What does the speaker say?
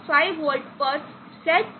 5 volt પર set થયેલ છે